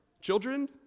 children